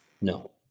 No